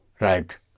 Right